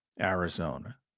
Arizona